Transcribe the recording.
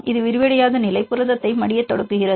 இது விரிவடையாத நிலை புரதத்தை மடியத் தொடங்குகிறது